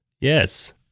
Yes